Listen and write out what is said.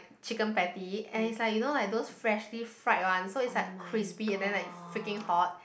chicken patty and is like you know like those freshly fried one so it's like crispy and then like freaking hot